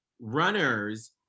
runners